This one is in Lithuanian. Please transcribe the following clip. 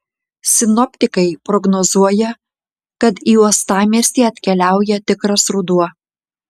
sinoptikai prognozuoja kad į uostamiestį atkeliauja tikras ruduo